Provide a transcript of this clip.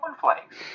cornflakes